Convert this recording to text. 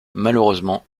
malheureusement